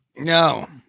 No